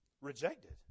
rejected